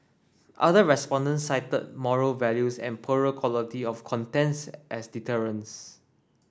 other respondents cited moral values and poorer quality of contents as deterrents